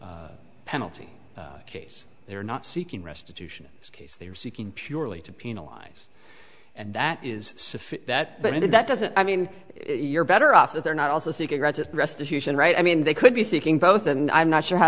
pure penalty case they are not seeking restitution this case they are seeking purely to penalize and that is that but if that doesn't i mean you're better off that they're not also cigarettes at restitution right i mean they could be seeking both and i'm not sure how